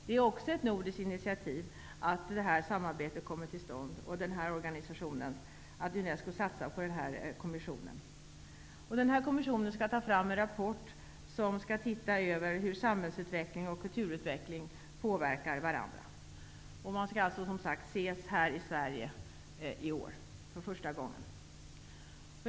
Det är också på nordiskt initiativ som det här samarbetet har kommit till stånd och Unesco satsar på den här kommissionen. Kommissionen skall se över hur samhällsutveckling och kulturutveckling påverkar varandra och ta fram en rapport. Den skall alltså ha ett möte för första gången i år här i Sverige.